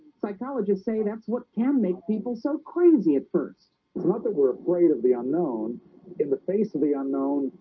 like ah ah just say that's what can make people so crazy at first it's not that we're afraid of the unknown in the face of the unknown.